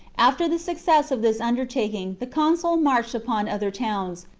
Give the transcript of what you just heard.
after the success of this undertaking, the consul marched upon other towns,